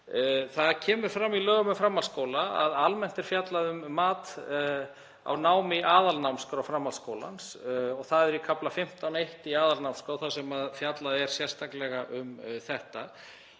Það kemur fram í lögum um framhaldsskóla að almennt er fjallað um mat á námi í aðalnámskrá framhaldsskólans. Það er í kafla 15.1 í aðalnámskrá fjallað sérstaklega um þetta.